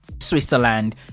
Switzerland